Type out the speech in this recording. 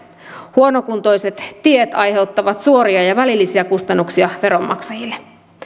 huonokuntoiset tiet aiheuttavat suoria ja välillisiä kustannuksia veronmaksajille